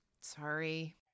sorry